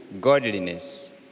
godliness